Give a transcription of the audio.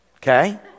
Okay